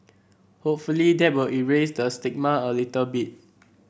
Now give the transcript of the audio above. hopefully that will erase the stigma a little bit